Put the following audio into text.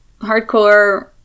hardcore